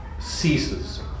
ceases